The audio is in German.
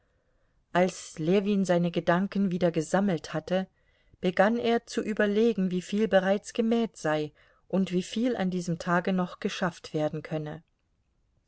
als ljewin seine gedanken wieder gesammelt hatte begann er zu überlegen wieviel bereits gemäht sei und wieviel an diesem tage noch geschafft werden könne